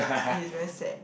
which is very sad